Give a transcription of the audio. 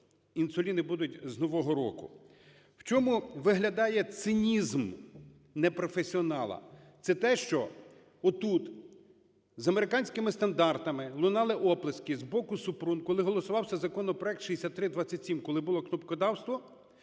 інсуліни будуть з нового року. В чому виглядає цинізм непрофесіонала? Це те, що отут, за американськими стандартами, лунали оплески з боку Супрун, коли голосувався законопроект 6327, коли булокнопкодавство